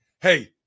Hey